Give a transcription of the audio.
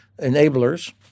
enablers